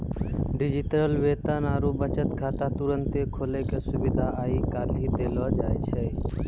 digital वेतन आरु बचत खाता तुरन्ते खोलै के सुविधा आइ काल्हि देलो जाय छै